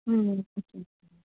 okay చేసేయండి